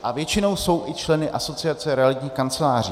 A většinou jsou i členy Asociace realitních kanceláří.